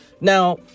Now